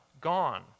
gone